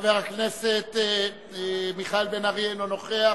חבר הכנסת מיכאל בן-ארי, אינו נוכח.